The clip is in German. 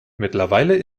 mittlerweile